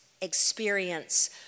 experience